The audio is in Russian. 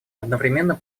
одновременно